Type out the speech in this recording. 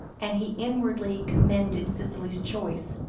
and he inwardly commended cicely's choice,